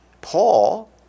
Paul